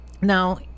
Now